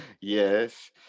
Yes